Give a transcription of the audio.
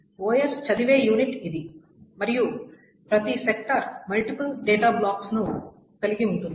OS చదివే unit ఇది మరియు ప్రతి సెక్టార్ మల్టిపుల్ డేటాబ్లాక్స్ ను కలిగి ఉంటుంది